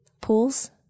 pools